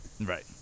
Right